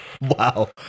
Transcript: Wow